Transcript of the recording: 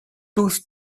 tous